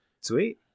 Sweet